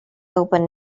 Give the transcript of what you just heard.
open